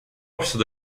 общества